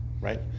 right